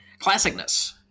Classicness